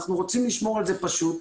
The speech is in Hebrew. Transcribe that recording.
אנחנו רוצים לשמור על זה פשוט,